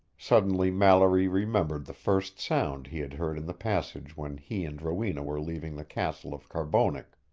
suddenly mallory remembered the first sound he had heard in the passage when he and rowena were leaving the castle of carbonek.